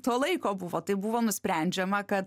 to laiko buvo tai buvo nusprendžiama kad